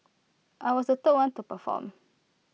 I was the third one to perform